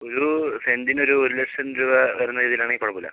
ഒരു സെൻറ്റിന് ഒര് ഒരു ലക്ഷം രൂപ വരുന്ന രീതിയിലാണെൽ കുഴപ്പം ഇല്ല